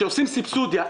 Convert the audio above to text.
שעושים סובסידיה.